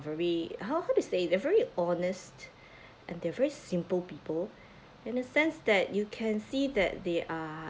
very helpful to stay they're very honest and they're very simple people in a sense that you can see that they are